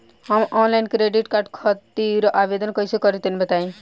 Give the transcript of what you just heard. हम online credit card खातिर आवेदन कइसे करि तनि बताई?